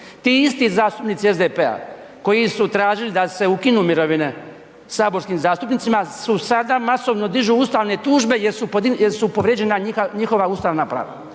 ti isti zastupnici SDP-a koji su tražili da se ukinu mirovine saborskim zastupnicima su sada masovno dižu ustavne tužbe jer su povrijeđena njihova ustavna prava.